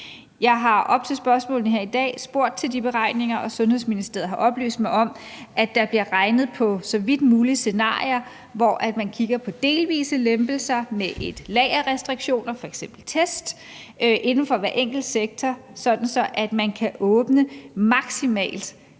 Jeg har op til spørgsmålene her i dag spurgt til de beregninger, og Sundhedsministeriet har oplyst mig om, at der bliver regnet på så vidt muligt scenarier, hvor man kigger på delvise lempelser med et lag af restriktioner, f.eks. test, inden for hver enkelt sektor, sådan at man kan åbne maksimalt, men